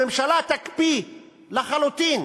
הממשלה תקפיא לחלוטין